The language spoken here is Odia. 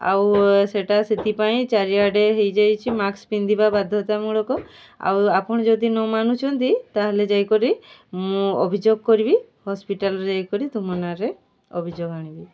ଆଉ ସେଇଟା ସେଥିପାଇଁ ଚାରିଆଡ଼େ ହେଇଯାଇଛି ମାସ୍କ ପିନ୍ଧିବା ବାଧ୍ୟତାମୂଳକ ଆଉ ଆପଣ ଯଦି ନ ମାନୁଛନ୍ତି ତାହେଲେ ଯାଇକରି ର୍ମୁଁ ଅଭିଯୋଗ କରିବି ହସ୍ପିଟାଲ୍ରେ କରି ତୁମ ନାଁରେ ଅଭିଯୋଗ ଆଣିବି